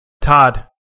Todd